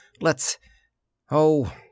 Let's—oh